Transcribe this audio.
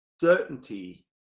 Certainty